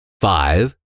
Five